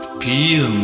peel